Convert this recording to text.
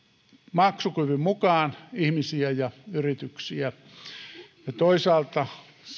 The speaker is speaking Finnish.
maksukyvyn mukaan ihmisiä ja yrityksiä ja toisaalta sillä periaatteella että